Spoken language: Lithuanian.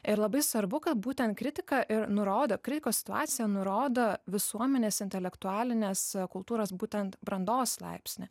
ir labai svarbu kad būtent kritika ir nurodo krikos situaciją nurodo visuomenės intelektualinės kultūros būtent brandos laipsnį